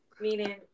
Meaning